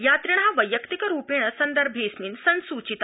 यात्रिण वैयक्तिकरूपेण सन्दर्भेंडस्मिन् संसूिचता